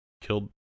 killed